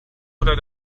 oder